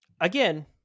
again